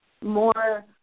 more